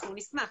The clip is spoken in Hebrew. אנחנו נשמח,